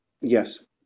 Yes